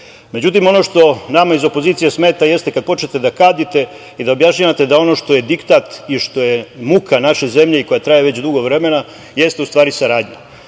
vlast.Međutim, ono što nama iz opozicije smeta jeste kad počnete da kadite i da objašnjavate da ono što je diktat i što je muka naše zemlje, koja treba već dugo vremena, jeste u stvari saradnja. Sporazum